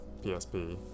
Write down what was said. PSP